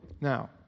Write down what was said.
Now